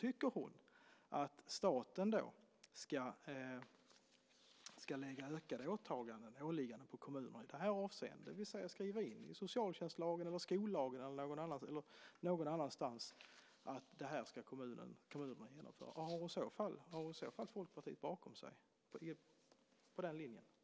Tycker Marita Aronson att staten ska lägga ökade åligganden på kommunerna i detta avseende, det vill säga skriva in i socialtjänstlagen, i skollagen eller någon annanstans att kommunerna ska genomföra detta? Har hon i så fall Folkpartiet bakom sig i fråga om den linjen?